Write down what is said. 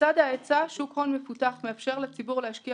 שוק הון מפותח מאפשר לציבור להשקיע